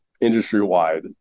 industry-wide